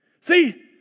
See